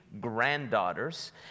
granddaughters